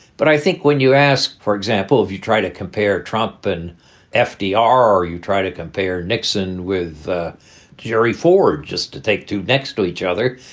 but i think when you ask, for example, if you try to compare trump and ah fdr, you try to compare nixon with gerry ford just to take two next to each other.